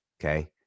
Okay